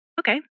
okay